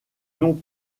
nom